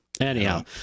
Anyhow